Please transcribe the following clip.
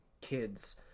kids